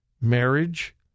marriage